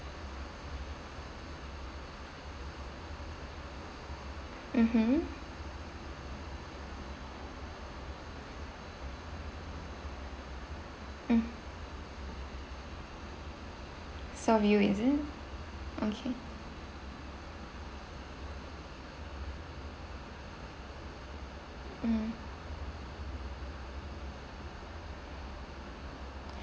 mmhmm mm serve you is it okay mm